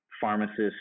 pharmacists